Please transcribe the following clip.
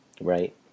Right